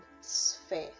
sphere